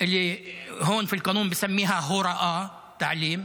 מה שכאן בחוק מכנים הוראה, תעלים,